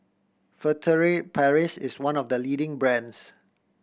Furtere Paris is one of the leading brands